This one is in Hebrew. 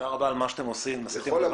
עשיתם דבר